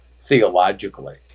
theologically